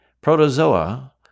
protozoa